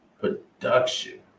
production